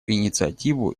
инициативу